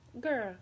girl